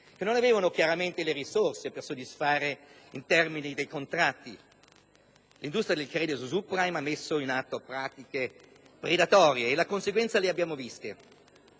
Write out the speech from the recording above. non avevano le risorse per soddisfare i termini dei contratti l'industria del credito *subprime* ha messo in atto pratiche predatorie, e le conseguenze le abbiamo viste.